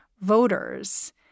voters